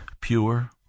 pure